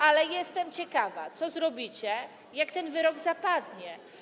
Ale jestem ciekawa, co zrobicie, jak ten wyrok zapadnie.